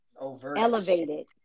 elevated